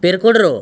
ପିରିକୁଡ଼ିରୁ